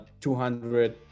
200